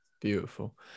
Beautiful